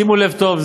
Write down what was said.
שימו לב טוב,